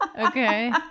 Okay